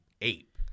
ape